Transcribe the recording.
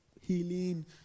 healing